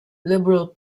liberal